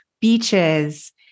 beaches